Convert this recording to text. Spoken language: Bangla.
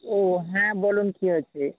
ও হ্যাঁ বলুন কী হয়েছে